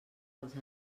als